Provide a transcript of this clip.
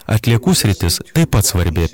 atliekų sritis taip pat svarbi